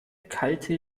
kalte